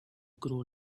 grow